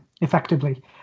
effectively